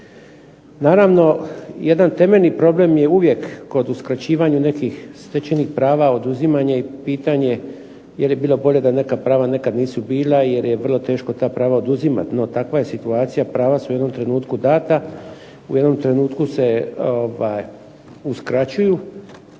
Naravno, jedan temeljni problem je uvijek kod uskraćivanja nekih stečenih prava oduzimanje i pitanje jer je bilo bolje da neka prava nekad nisu bila jer je vrlo teško ta prava oduzimat no takva je situacija. Prava su u jednom trenutku dana, u jednom trenutku se uskraćuju